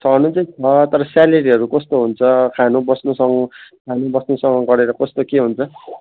छन चाहिँ छ तर स्यालेरीहरू कस्तो हुन्छ खानुबस्नुसँग खानुबस्नुसँग गरेर कस्तो के हुन्छ